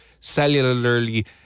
cellularly